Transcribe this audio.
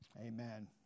Amen